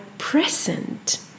present